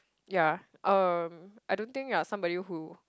yeah uh I don't think you are somebody who